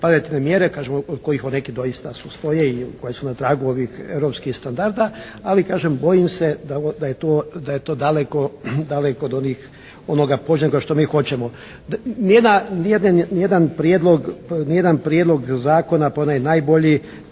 palijativne mjere kažem od kojih neke doista stoje i koje su na tragu ovih europskih standarda, ali kažem bojim se da je to daleko od onoga poželjnoga što mi hoćemo. Ni jedan prijedlog zakona pa i onaj najbolji